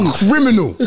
criminal